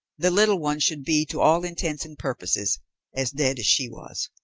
the little one should be to all intents and purposes as dead as she was.